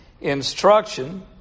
Instruction